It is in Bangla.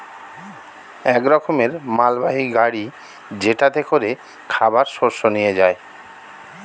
এক রকমের মালবাহী গাড়ি যেটাতে করে খাবার শস্য নিয়ে যায়